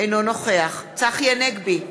אינו נוכח צחי הנגבי,